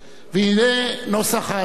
הנה נוסח ההצהרה: